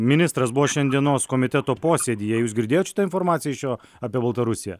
ministras buvo šiandienos komiteto posėdyje jūs girdėjot šitą informaciją iš jo apie baltarusiją